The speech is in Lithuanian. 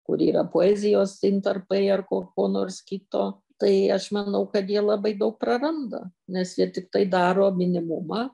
kurį yra poezijos intarpai ar ko ko nors kito tai aš manau kad jie labai daug praranda nes jie tiktai daro minimumą